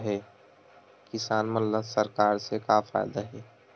किसान मन ला सरकार से का फ़ायदा हे?